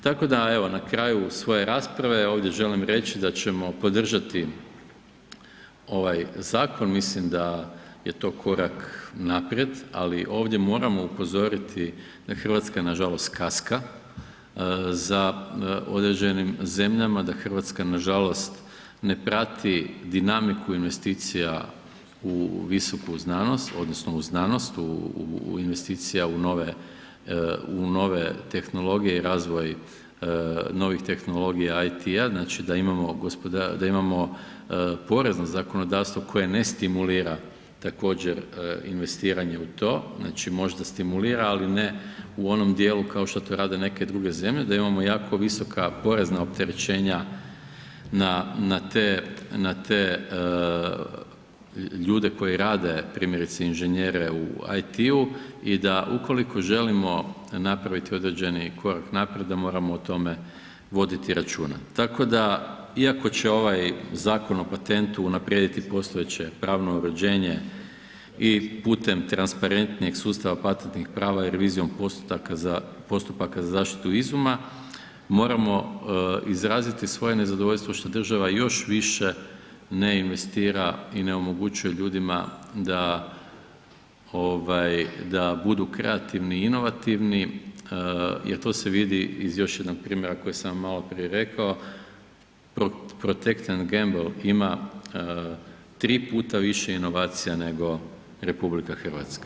Tako da evo na kraju svoje rasprave ovdje želim reći da ćemo podržati ovaj zakon, mislim da je to korak naprijed, ali ovdje moramo upozoriti da RH nažalost kaska za određenim zemljama, da RH nažalost ne prati dinamiku investicija u visoku znanost odnosno u znanost, u investicija u nove, u nove tehnologije i razvoj novih tehnologija IT-ja, znači da imamo, da imamo porezno zakonodavstvo koje ne stimulira također investiranje u to, znači možda stimulira, ali ne u onom dijelu kao što to rade neke druge zemlje, da imamo jako visoka porezna opterećenja na te, na te ljude koji rade, primjerice inženjere u IT-ju i da ukoliko želimo napraviti određeni korak naprijed da moramo o tome voditi računa, tako da iako će ovaj Zakon o patentu unaprijediti postojeće pravno uređenje i putem transparentnijeg sustava patentnih prava i revizijo postupaka za zaštitu izuma, moramo izraziti svoje nezadovoljstvo što država još više ne investira i ne omogućuje ljudima da budu kreativni i inovativni jer to se vidi iz još jednog primjera koji sam vam maloprije rekao, protektan gembl ima tri puta više inovacija nego RH.